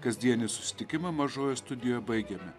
kasdienį susitikimą mažojoj studijoje baigėme